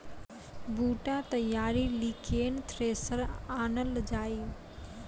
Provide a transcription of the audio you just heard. बूटा तैयारी ली केन थ्रेसर आनलऽ जाए?